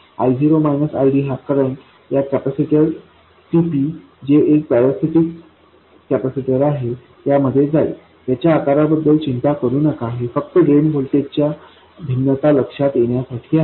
I0 ID हा current या capacitor Cp जे एक पॅरासिटिक कॅपॅसिटर आहे यामध्ये जाईल त्याच्या आकाराबद्दल चिंता करू नका हे फक्त ड्रेन व्होल्टेजच्या भिन्नता लक्षात येण्यासाठी आहे